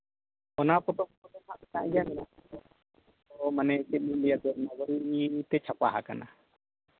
ᱚᱱᱟ ᱯᱚᱛᱚᱵ ᱠᱚᱫᱚ ᱦᱟᱸᱜ ᱚᱻ ᱢᱟᱱᱮ ᱪᱮᱫᱞᱤᱧ ᱞᱟᱹᱭᱟ ᱢᱤᱫᱼᱢᱤᱫ ᱛᱮ ᱪᱷᱟᱯᱟ ᱦᱟᱠᱟᱱᱟ